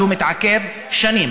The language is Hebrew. שהוא מתעכב שנים,